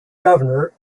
governor